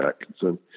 Atkinson